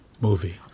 movie